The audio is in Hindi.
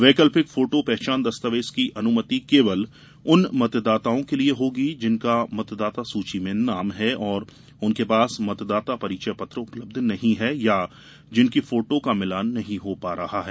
वैकल्पिक फोटो पहचान दस्तावेज की अनुमति केवल उन मतदाताओं के लिए होगी जिनका मतदाता सुची में नाम है और उनके पास मतदाता परिचय पत्र उपलब्ध नहीं है या जिनकी फोटो का मिलान नहीं हो पा रहा है